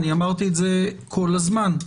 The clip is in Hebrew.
אני אמרתי את זה כל הזמן: